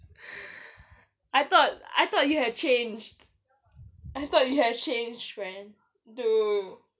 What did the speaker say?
I thought I thought you had changed I thought you have changed friend dude